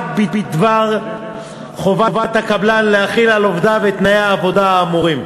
בדבר חובת הקבלן להחיל על עובדיו את תנאי העבודה האמורים.